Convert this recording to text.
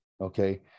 Okay